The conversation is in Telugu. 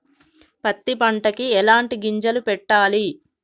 పత్తి పంటకి ఎలాంటి గింజలు పెట్టాలి?